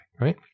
right